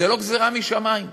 זה לא גזירה משמים.